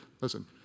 Listen